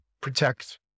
Protect